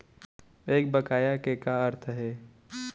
एक बकाया के का अर्थ हे?